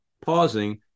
pausing